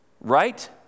Right